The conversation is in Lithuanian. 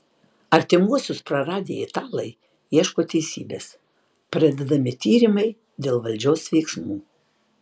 artimuosius praradę italai ieško teisybės pradedami tyrimai dėl valdžios veiksmų